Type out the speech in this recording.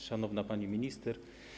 Szanowna Pani Minister!